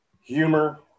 humor